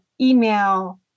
email